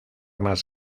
más